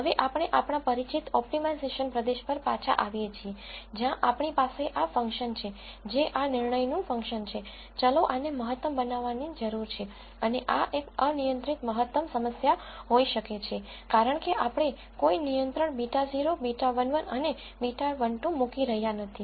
હવે આપણે આપણા પરિચિત ઓપ્ટિમાઇઝશન પ્રદેશ પર પાછા આવીએ છીએ જ્યાં આપણી પાસે આ ફંક્શન છે જે આ નિર્ણયનું ફંક્શન છે ચલો આને મહત્તમ બનાવવાની જરૂર છે અને આ એક અનિયંત્રિત મહત્તમ સમસ્યા હોઈ શકે છે કારણ કે આપણે કોઈ નિયંત્રણ β0 β11 અને β12 મૂકી રહ્યા નથી